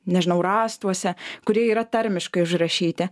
nežinau rąstuose kurie yra tarmiškai užrašyti